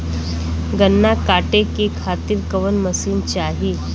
गन्ना कांटेके खातीर कवन मशीन चाही?